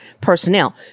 personnel